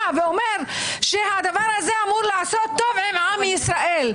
ואומר שהדבר הזה אמור לעשות טוב עם עם ישראל.